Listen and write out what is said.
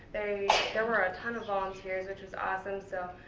there were a ton of volunteers which was awesome, so,